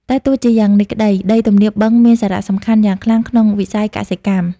តែទោះជាយ៉ាងនេះក្ដី ដីទំនាបបឹងមានសារៈសំខាន់យ៉ាងខ្លាំងក្នុងវិស័យកសិកម្ម។